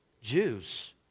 Jews